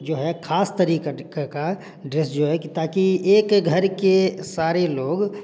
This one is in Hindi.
जो हैं खास तरीके का ड्रेस जो हैं ताकि एक घर के सारे लोग